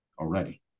already